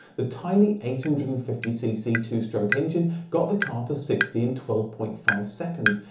the tiny eight hundred and fifty cc two stroke engine got the car to sixty in twelve point five seconds,